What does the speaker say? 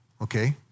Okay